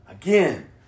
Again